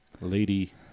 Lady